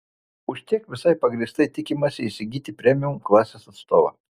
už tiek visai pagrįstai tikimasi įsigyti premium klasės atstovą